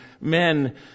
men